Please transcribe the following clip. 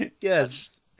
Yes